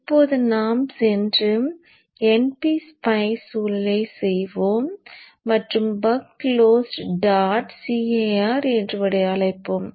இப்போது நாம் சென்று ngSpice சூழலை செய்வோம் மற்றும் பக் closed டாட் cir என்று அழைப்போம்